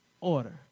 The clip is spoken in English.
Order